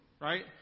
right